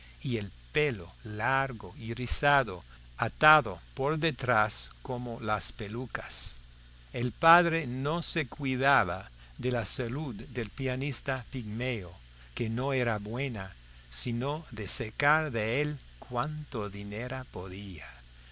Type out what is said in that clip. y el pelo largo y rizado atado por detrás como las pelucas el padre no se cuidaba de la salud del pianista pigmeo que no era buena sino de sacar de él cuanto dinero podía